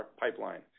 pipeline